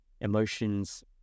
emotions